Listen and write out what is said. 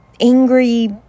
angry